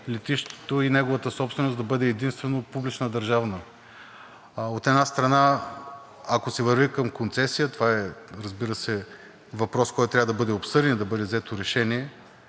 и неговата собственост да бъде единствено публична държавна. От една страна, ако се върви към концесия, това, разбира се, е въпрос, който трябва да бъде обсъден и да бъде взето решение